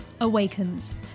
awakens